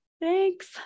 Thanks